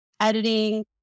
editing